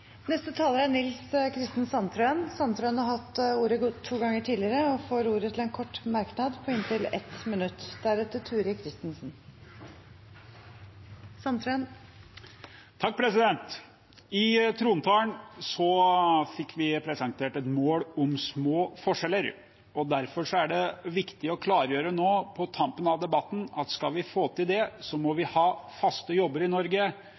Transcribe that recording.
er en del av. Representanten Nils Kristen Sandtrøen har hatt ordet to ganger tidligere og får ordet til en kort merknad, begrenset til 1 minutt. I trontalen fikk vi presentert et mål om små forskjeller, og derfor er det viktig å klargjøre nå, på tampen av debatten, at skal vi få til det, må vi ha faste jobber i Norge